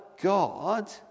God